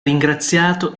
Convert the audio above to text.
ringraziato